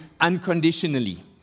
unconditionally